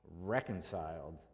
reconciled